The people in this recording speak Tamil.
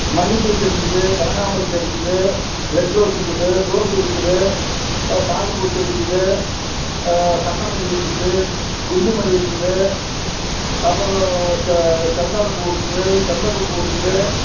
மல்லிகைப் பூச்செடி இருக்குது கனகாம்பரம் செடி இருக்குது ரெட் ரோஸ் இருக்குது ரோஸ் இருக்குது தாழம்பூ செடி இருக்குது சந்தன மல்லிகை இருக்குது குண்டு மல்லிகை இருக்குது அப்புறம் செ செந்தாழம்பூ இருக்குது செண்பகப்பூ இருக்குது